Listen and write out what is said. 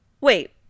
wait